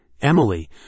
Emily